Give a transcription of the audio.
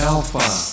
Alpha